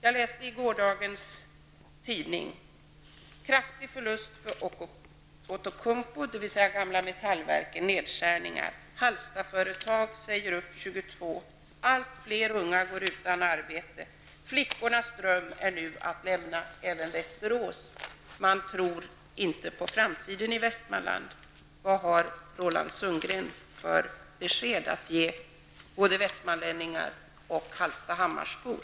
Jag läste i går i tidningarna bl.a.: Kraftiga förluster för Outokumpu, dvs. gamla Metallverken. 22. Allt fler unga går utan arbete. Flickornas dröm är nu att lämna även Västerås. Man tror inte på framtiden i Västmanland. Vad har Roland Sundgren för besked att ge både västmanlänningar och hallstahammarbor?